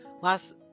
Last